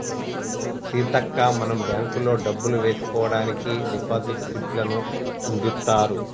సీతక్క మనం బ్యాంకుల్లో డబ్బులు వేసుకోవడానికి డిపాజిట్ స్లిప్పులను అందిత్తారు